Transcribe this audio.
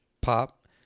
Pop